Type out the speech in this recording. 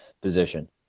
position